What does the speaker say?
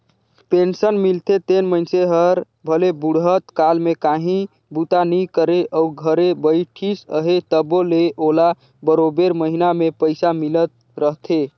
pension मिलथे तेन मइनसे हर भले बुढ़त काल में काहीं बूता नी करे अउ घरे बइठिस अहे तबो ले ओला बरोबेर महिना में पइसा मिलत रहथे